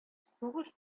сугыш